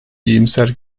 iyimser